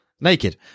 naked